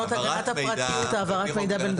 גופים ציבוריים) חוק הגנת הפרטיות יש ועדה?